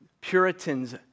Puritans